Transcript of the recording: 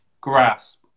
grasp